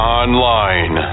online